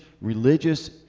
religious